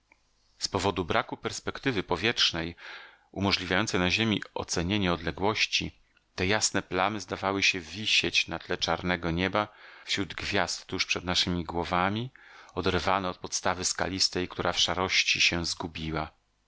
z powodu braku perspektywy powietrznej umożliwiającej na ziemi ocenienie odległości te jasne plamy zdawały się wisieć na tle czarnego nieba wśród gwiazd tuż przed naszemi głowami oderwane od podstawy skalistej która w szarości się